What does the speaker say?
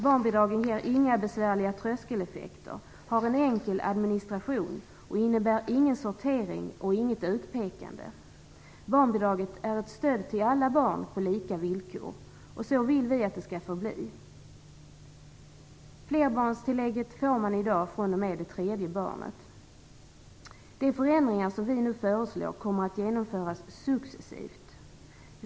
Barnbidragen ger inga besvärliga tröskeleffekter, har en enkel administration och innebär ingen sortering och inget utpekande. Barnbidraget är ett stöd till alla barn på lika villkor. Och så vill vi att det skall förbli. Flerbarnstillägget får man i dag fr.o.m. det tredje barnet. De förändringar som vi nu föreslår kommer att genomföras successivt.